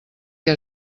que